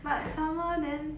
but summer then